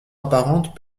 apparente